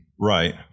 Right